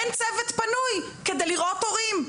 אין צוות פנוי כדי לראות הורים.